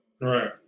Right